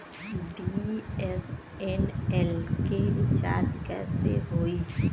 BSNL के recharge कैसे होयी?